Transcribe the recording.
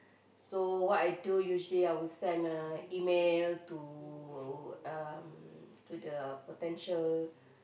so what I do usually I would send uh email to um to the potential